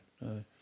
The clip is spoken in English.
no